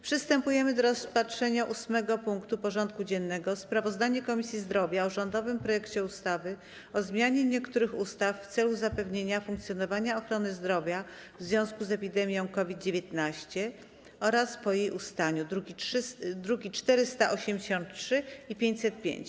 Przystępujemy do rozpatrzenia punktu 8. porządku dziennego: Sprawozdanie Komisji Zdrowia o rządowym projekcie ustawy o zmianie niektórych ustaw w celu zapewnienia funkcjonowania ochrony zdrowia w związku z epidemią COVID-19 oraz po jej ustaniu (druki nr 483 i 505)